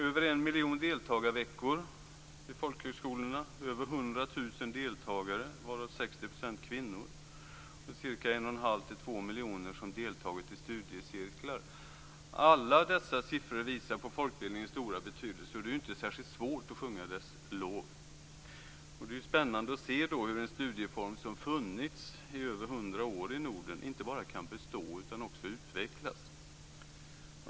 Över en miljon deltagarveckor vid folkhögskolorna noteras. Det rör sig om mer än 100 000 deltagare, varav 60 % är kvinnor. 1,5-2 miljoner människor har deltagit i studiecirklar. Alla dessa siffror visar på folkbildningens stora betydelse. Det är inte särskilt svårt att sjunga dess lov. Det är spännande att se hur en studieform som funnits i över hundra år i Norden inte bara kan bestå utan också kan utvecklas.